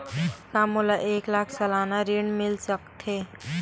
का मोला एक लाख सालाना ऋण मिल सकथे?